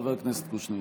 של חבר הכנסת אלכס קושניר